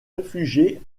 réfugié